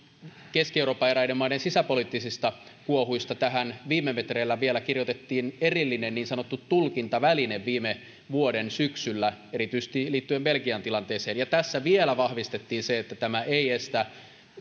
keski euroopan maiden sisäpoliittisista kuohuista tähän viime metreillä vielä kirjoitettiin erillinen niin sanottu tulkintaväline viime vuoden syksyllä erityisesti liittyen belgian tilanteeseen ja tässä vielä vahvistettiin se että tämä ei estä